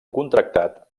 contractat